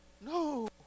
No